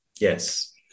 Yes